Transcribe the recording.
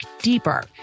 deeper